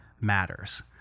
matters